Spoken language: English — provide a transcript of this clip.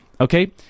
okay